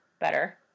better